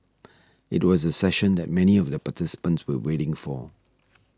it was the session that many of the participants were waiting for